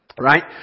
Right